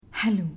Hello